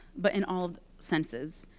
but in all senses.